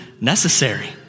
necessary